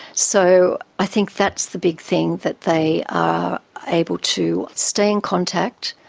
so i think that's the big thing, that they are able to stay in contact,